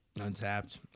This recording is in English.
Untapped